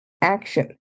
action